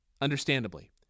understandably